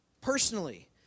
personally